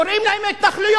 קוראים להם "התנחלויות",